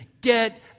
Get